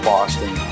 Boston